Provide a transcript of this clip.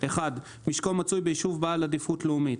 משקו מצוי ביישוב בעל עדיפות לאומית,